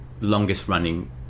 longest-running